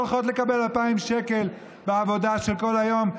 שהולכות לקבל 2,000 שקל בעבודה של כל היום,